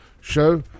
Show